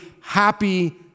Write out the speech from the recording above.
happy